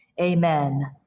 amen